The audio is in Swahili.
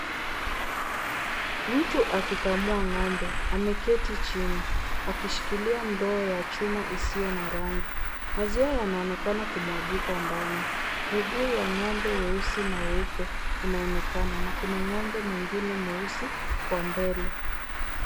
Mtu akikamua ng'ombe. Ameketi chini. Akishikilia ndoo ya chuma isiyo na rangi. Maziwa yanaonekana kumwagika ndani. Miguu ya ng'ombe weusi na weupe inaonekana na kuna ng'ombe mwingine mweusi kwa mbele.